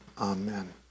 amen